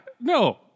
no